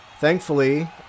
Thankfully